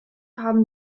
haben